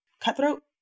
cutthroat